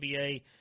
NBA